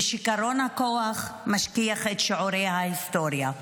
ושכרון הכוח משכיח את שיעורי ההיסטוריה,